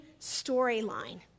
storyline